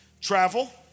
Travel